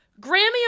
Grammy